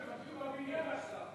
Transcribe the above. בבניין עכשיו,